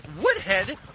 woodhead